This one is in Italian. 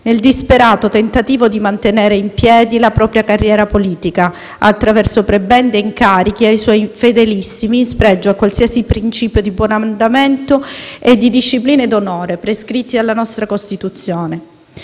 nel disperato tentativo di mantenere in piedi la propria carriera politica, attraverso prebende e incarichi ai suoi fedelissimi, in spregio a qualsiasi principio di buon andamento e di disciplina ed onore prescritti dalla nostra Costituzione.